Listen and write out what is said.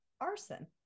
Arson